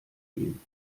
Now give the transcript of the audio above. gehen